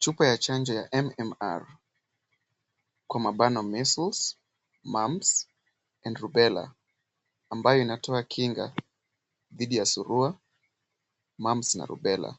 Chupa ya chanjo ya MMR kwa mabano Measles Mumps and Rubella ,ambayo inatoa kinga dhidi ya surua, mumps na rubella